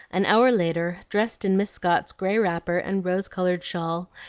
an hour later, dressed in miss scott's gray wrapper and rose-colored shawl,